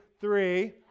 three